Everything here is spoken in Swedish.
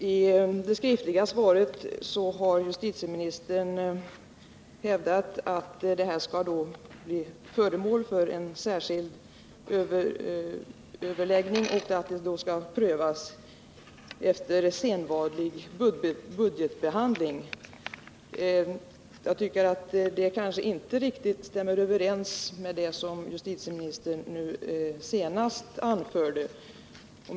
Herr talman! I det skriftliga svaret har justitieministern hävdat att denna fråga skall bli föremål för en särskild överläggning och att den då skall prövas efter sedvanlig budgetbehandling. Jag tycker inte att det stämmer riktigt överens med det som justitieministern nu senast anförde.